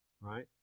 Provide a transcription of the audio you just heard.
Right